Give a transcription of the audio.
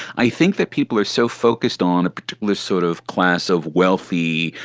i think that people are so focused on a particular sort of class of wealthy,